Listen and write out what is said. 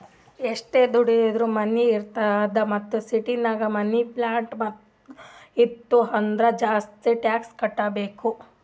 ಎಷ್ಟು ದೊಡ್ಡುದ್ ಮನಿ ಇರ್ತದ್ ಮತ್ತ ಸಿಟಿನಾಗ್ ಮನಿ, ಪ್ಲಾಟ್ ಇತ್ತು ಅಂದುರ್ ಜಾಸ್ತಿ ಟ್ಯಾಕ್ಸ್ ಕಟ್ಟಬೇಕ್